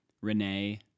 Renee